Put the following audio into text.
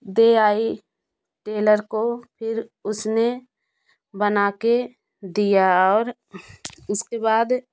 दे आई टेलर को फिर उसने बना के दिया और उसके बाद